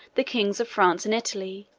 the kings of france and italy,